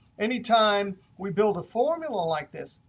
any time we build a formula like this,